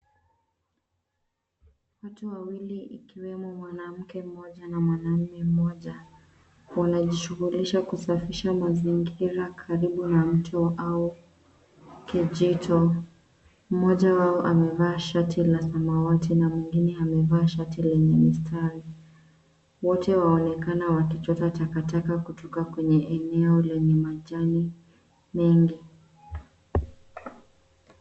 Watu wawili ikiwemo mwanamke mmoja na mwanaume mmoja. Wanajishughulisha kusafisha mazingira karibu na mto au kijito. Mmoja wao amevaa shati la samawati na mwingine amevaa shati lenye mistari. Wote wanaonekana wakichota takataka kutoka kwenye eneo lenye majani mengi.